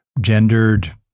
gendered